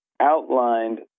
outlined